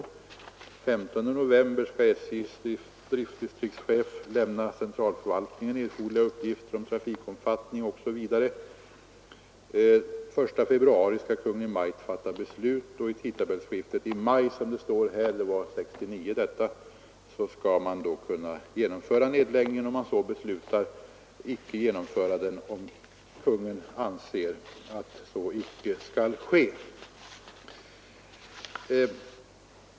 Senast den 15 november skall SJ:s driftdistriktschef lämna centralförvaltningen erforderliga uppgifter om trafikomfattningen osv. Den 1 februari skall Kungl. Maj:t fatta beslut och vid tidtabellskiftet i maj skall man enligt 1969 års förhållanden kunna genomföra nedläggningen, om så beslutas, eller icke genomföra den om Konungen anser att så icke skall ske.